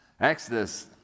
Exodus